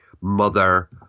Mother